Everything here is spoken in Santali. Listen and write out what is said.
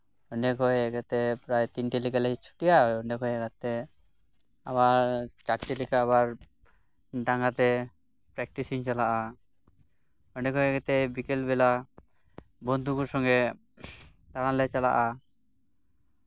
ᱚᱸᱰᱮ ᱠᱷᱚᱱ ᱦᱮᱡ ᱠᱟᱛᱮᱫ ᱯᱨᱟᱭ ᱛᱤᱱᱴᱟ ᱞᱮᱠᱟᱞᱮ ᱪᱷᱩᱴᱤᱜᱼᱟ ᱚᱸᱰᱮ ᱠᱷᱚᱱ ᱦᱮᱡ ᱠᱟᱛᱮᱫ ᱟᱵᱟᱨ ᱪᱟᱨᱴᱮ ᱞᱮᱠᱟ ᱟᱵᱟᱨ ᱰᱟᱸᱜᱟᱛᱮ ᱯᱮᱠᱴᱤᱥᱤᱧ ᱪᱟᱞᱟᱜᱼᱟ ᱚᱸᱰᱮ ᱠᱷᱚᱱ ᱦᱮᱡ ᱠᱟᱛᱮᱫ ᱵᱤᱠᱮᱞ ᱵᱮᱞᱟ ᱵᱚᱱᱫᱷᱩ ᱠᱚ ᱥᱚᱸᱜᱮ ᱫᱟᱬᱟᱱ ᱞᱮ ᱪᱟᱞᱟᱜᱼᱟ